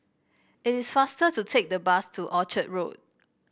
it is faster to take the bus to Orchard Road